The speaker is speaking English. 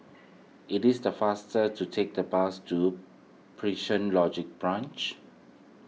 it is the faster to take the bus to Prison Logistic Branch